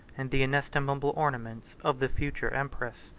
and the inestimable ornaments, of the future empress.